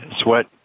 Sweat